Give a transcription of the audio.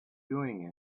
doing